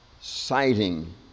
citing